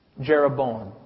Jeroboam